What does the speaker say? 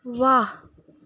व्वा